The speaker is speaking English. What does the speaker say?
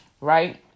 right